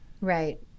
Right